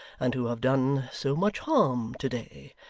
and who have done so much harm to-day.